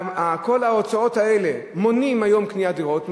כל ההוצאות האלה מונעות היום קניית דירות,